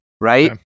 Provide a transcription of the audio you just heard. Right